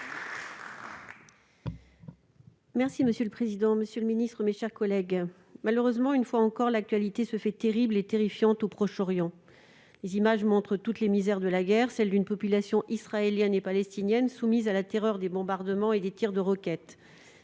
Monsieur le secrétaire d'État chargé des affaires européennes, malheureusement, une fois encore, l'actualité se fait terrible et terrifiante au Proche-Orient. Les images montrent toutes les misères de la guerre, frappant une population israélienne et palestinienne soumise à la terreur des bombardements et des tirs de roquettes.